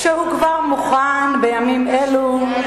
שהוא כבר מוכן בימים אלו.